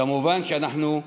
כמובן שאנחנו,